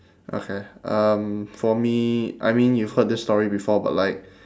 okay um for me I mean you've heard this story before but like